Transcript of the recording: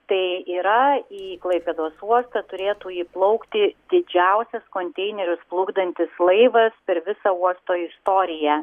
tai yra į klaipėdos uostą turėtų įplaukti didžiausias konteinerius plukdantis laivas per visą uosto istoriją